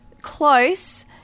Close